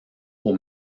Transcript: aux